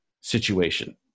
situation